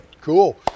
cool